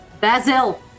BASIL